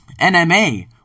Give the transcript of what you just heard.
NMA